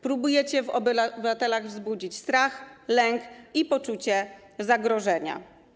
Próbujecie w obywatelach wzbudzić strach, lęk i poczucie zagrożenia.